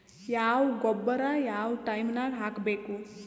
ಯಾವ ಗೊಬ್ಬರ ಯಾವ ಟೈಮ್ ನಾಗ ಹಾಕಬೇಕು?